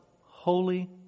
holy